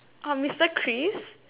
orh mister Kris